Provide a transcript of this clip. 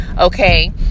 Okay